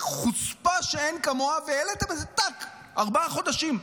בחוצפה שאין כמוה, והעליתם את זה בארבעה חודשים.